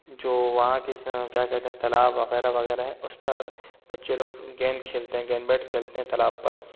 جو وہاں کے کیا کہتے ہیں تالاب وغیرہ وغیرہ ہیں اس پر بچے لوگ گیند کھیلتے ہیں گیند بیٹ کھیلتے ہیں تالاب پر